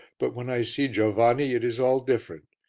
but when i see giovanni, it is all different,